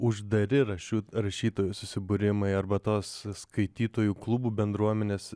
uždari rašiūt rašytojų susibūrimai arba toss skaitytojų klubų bendruomenės